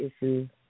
issues